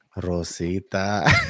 Rosita